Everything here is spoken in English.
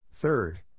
Third